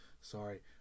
sorry